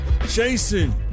Jason